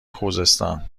خوزستان